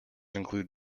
include